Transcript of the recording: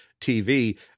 TV –